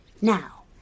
Now